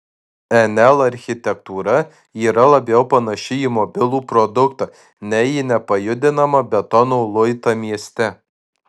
nl architektūra yra labiau panaši į mobilų produktą nei į nepajudinamą betono luitą mieste